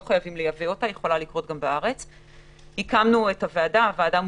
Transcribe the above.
אז הקמנו את הוועדה הזאת,